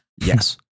Yes